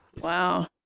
Wow